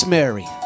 Mary